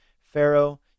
Pharaoh